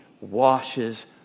washes